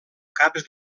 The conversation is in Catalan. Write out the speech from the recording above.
caps